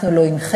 אנחנו לא הנחינו,